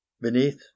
beneath